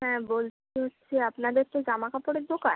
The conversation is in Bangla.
হ্যাঁ বোল বলছি আপনাদের তো জামা কাপড়ের দোকান